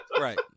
Right